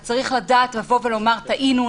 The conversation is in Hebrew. אז צריך לדעת לומר: טעינו,